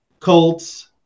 Colts